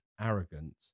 arrogant